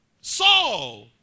Saul